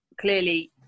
clearly